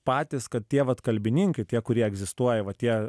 patys kad tie vat kalbininkai tie kurie egzistuoja va tie